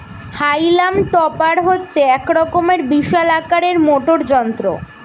হাইলাম টপার হচ্ছে এক রকমের বিশাল আকারের মোটর যন্ত্র